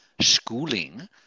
Schooling